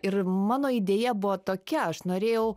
ir mano idėja buvo tokia aš norėjau